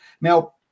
Now